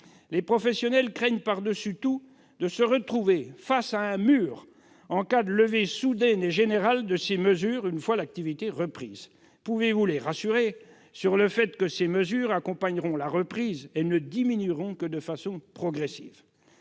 les professionnels craignent par-dessus tout de se retrouver face à un « mur » en cas de levée soudaine et générale de ces mesures une fois l'activité reprise. Monsieur le secrétaire d'État, pouvez-vous les rassurer sur le fait que ces mesures accompagneront la reprise et ne diminueront que de façon progressive ?